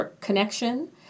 connection